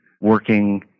working